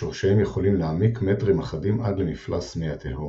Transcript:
ששורשיהם יכולים להעמיק מטרים אחדים עד למפלס מי התהום.